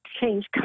change